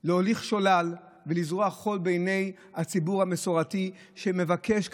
להוליך שולל ולזרות חול בעיני הציבור המסורתי שמבקש כשרות.